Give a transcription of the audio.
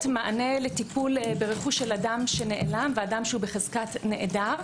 מענה לטיפול ברכוש של אדם שנעלם ואדם שהוא בחזקת נעדר.